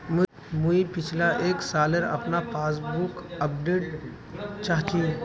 मुई पिछला एक सालेर अपना पासबुक अपडेट चाहची?